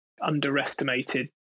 underestimated